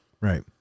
right